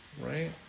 right